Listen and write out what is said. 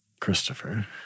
Christopher